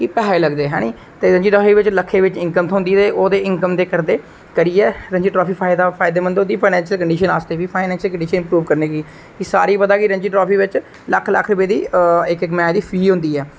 पैसै लगदे ते रांजी ट्राॅफी च लक्खें च इनकम थ्होंदी ते इनकम दे करदे करियै राॅजी ट्राफी फायदेमंद होंदी फाइनेंशल कंडीशन इंपरोब करदी ऐ सारें गी पता के राॅजी ट्राॅफी च लक्ख लक्ख रुपये दी इक इक मैच दी फी होंदी ऐ